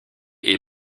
est